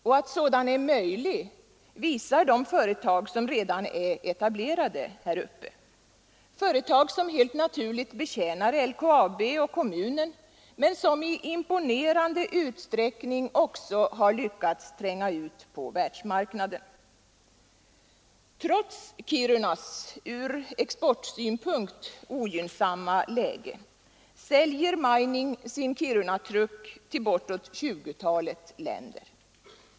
Och att sådan är möjlig visar de företag som redan är etablerade här uppe — företag som helt naturligt betjänar LKAB och kommunen men som i imponerande utsträckning också lyckats tränga ut på världsmarknaden. Trots Kirunas från exportsynpunkt ogynnsamma läge säljer Mining Transportation Co. sin Kirunatruck till bortåt 20-talet länder.